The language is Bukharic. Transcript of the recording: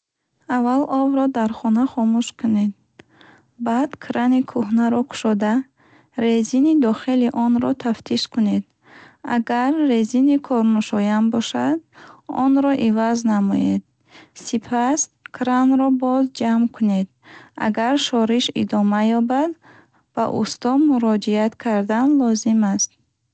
Аввал обро дар хона хомӯш кунед. Баъд крани кӯҳнаро кушода, резини дохили онро тафтиш кунед. Агар резини корношоям бошад, онро иваз намоед. Сипас, кранро боз ҷамъ кунед. Агар шориш идома ёбад, ба усто муроҷиат кардан лозим аст.